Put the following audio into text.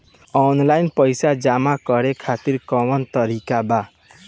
Online पइसा जमा करे खातिर कवन तरीका बा?